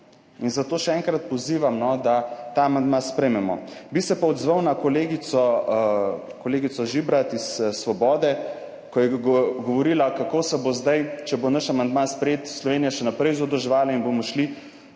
Zato še enkrat pozivam, da ta amandma sprejmemo. Bi se pa odzval na kolegico Žibrat iz Svobode, ko je govorila, kako se bo zdaj, če bo naš amandma sprejet, Slovenija še naprej zadolževala in bomo šli